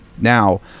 Now